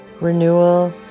Renewal